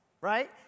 right